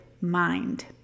mind